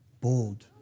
Bold